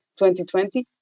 2020